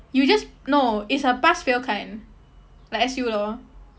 you just no it's a pass fail kind like S_U lor